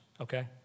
okay